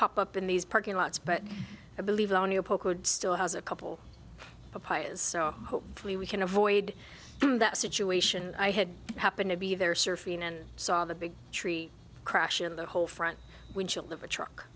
popped up in these parking lots but i believe still has a couple of pi is so hopefully we can avoid that situation i had happen to be there surfing and saw the big tree crash in the whole front windshield of a truck